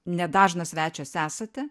nedažnas svečias esate